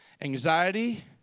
anxiety